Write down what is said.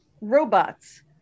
robots